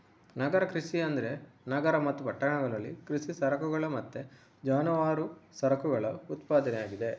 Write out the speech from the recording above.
ನಗರ ಕೃಷಿ ಅಂದ್ರೆ ನಗರ ಮತ್ತು ಪಟ್ಟಣಗಳಲ್ಲಿ ಕೃಷಿ ಸರಕುಗಳ ಮತ್ತೆ ಜಾನುವಾರು ಸರಕುಗಳ ಉತ್ಪಾದನೆ ಆಗಿದೆ